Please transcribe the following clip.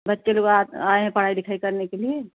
बच्चे लोग आत आएँ हैं पढ़ाई लिखाई करने के लिए